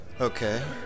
Okay